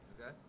okay